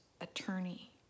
attorney